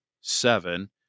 seven